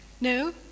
no